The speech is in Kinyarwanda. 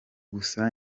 gusa